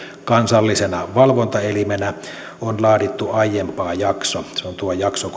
kansallisena valvontaelimenä on laadittu jakso se on tuo jakso